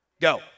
Go